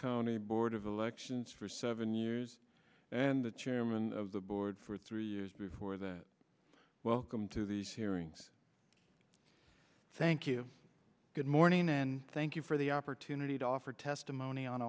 county board of elections for seven years and the chairman of the board for three years before that welcome to these hearings thank you good morning and thank you for the opportunity to offer testimony on